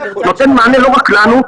נותן מענה לא רק לנו,